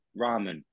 ramen